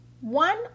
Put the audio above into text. one